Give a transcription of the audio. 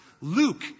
Luke